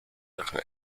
drachen